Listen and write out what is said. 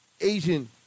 Asian